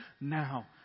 Now